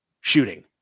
shooting